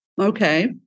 Okay